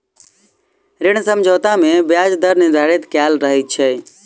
ऋण समझौता मे ब्याज दर निर्धारित कयल रहैत छै